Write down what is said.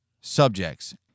subjects